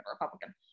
Republican